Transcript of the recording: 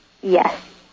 Yes